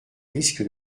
risque